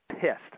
pissed